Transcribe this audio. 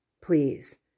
please